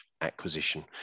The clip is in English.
acquisition